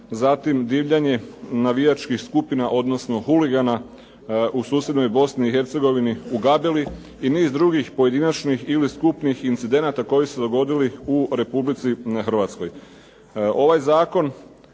zatim divljanje navijačkih skupina, odnosno huligana u susjednoj Bosni i Hercegovini u Gabeli i niz drugih pojedinačnih ili skupnih incidenata koji su se dogodili u Republici Hrvatskoj. Ovaj zakon